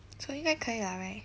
so 因该可以啦 right